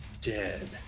dead